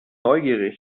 neugierig